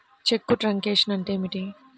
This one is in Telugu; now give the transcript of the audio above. చెక్కు ట్రంకేషన్ అంటే ఏమిటి?